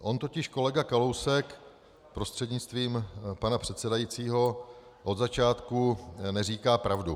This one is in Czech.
On totiž kolega Kalousek, prostřednictvím pana předsedajícího, od začátku neříká pravdu.